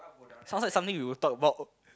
some time something we will talk about